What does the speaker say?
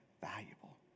valuable